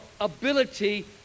ability